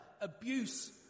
abuse